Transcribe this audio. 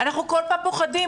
אנחנו כל הזמן פוחדים,